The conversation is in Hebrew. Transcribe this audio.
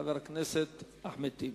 חבר הכנסת אחמד טיבי.